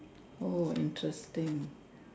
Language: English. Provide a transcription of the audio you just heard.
oh interesting